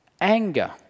anger